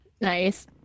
Nice